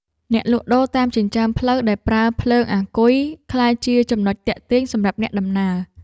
អ្នកលក់ដូរតាមចិញ្ចើមផ្លូវដែលប្រើភ្លើងអាគុយ ក្លាយជាចំណុចទាក់ទាញសម្រាប់អ្នកដំណើរ។